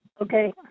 Okay